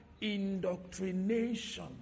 indoctrination